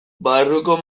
barruko